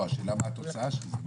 לא, השאלה מה התוצאה של זה?